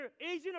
Asian